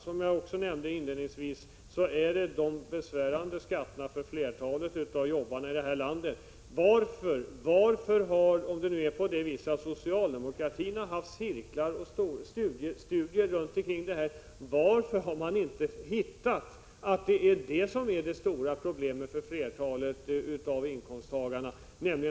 Som jag också nämnde inledningsvis är det kommunalskatterna som är de besvärande skatterna för flertalet arbetare i landet. Om socialdemokratin har haft cirklar och studier kring dessa frågor, varför har man inte upptäckt att det är de höga kommunalskatterna som är det stora problemet för flertalet av inkomsttagarna?